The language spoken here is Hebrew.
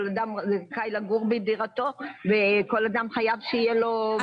כל אדם זכאי לגור בדירתו וחייב שיהיו לו מגורים.